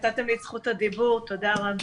נתתם לי את זכות הדיבור, תודה רבה.